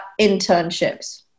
internships